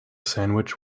sandwich